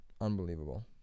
Unbelievable